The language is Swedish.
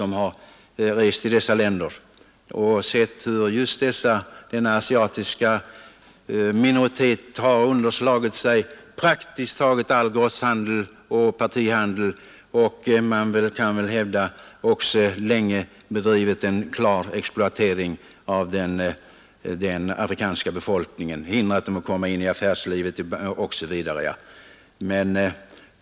Man har kunnat se hur just denna asiatiska minoritet slagit under sig praktiskt taget all grossoch partihandel och bedrivit exploatering av den afrikanska befolkningen, som förhindrats att komma in i dessa delar av affärslivet osv.